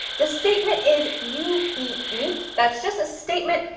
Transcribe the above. the statement is you eat meat. that's just a statement.